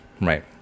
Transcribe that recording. right